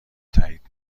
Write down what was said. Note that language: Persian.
تایید